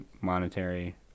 monetary